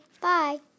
Bye